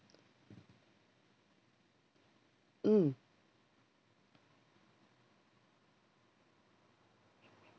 mm